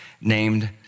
named